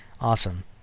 awesome